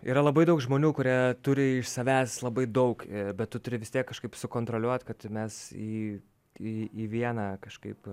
yra labai daug žmonių kurie turi iš savęs labai daug bet tu turi vis tiek kažkaip sukontroliuot kad mes į į į vieną kažkaip